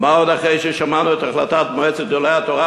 ומה עוד אחרי ששמענו את החלטת מועצת גדולי התורה,